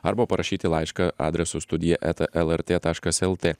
arba parašyti laišką adresu studija eta lrt taškas lt